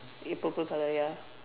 eh purple colour ya